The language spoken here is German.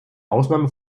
ausnahme